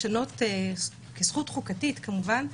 כזכות חוקתית כמובן,